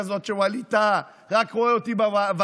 איך אתם פועלים בצורה כזאת שווליד טאהא רק רואה אותי בוועדות,